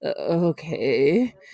Okay